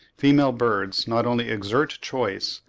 female birds not only exert a choice,